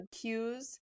cues